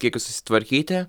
kiekiu susitvarkyti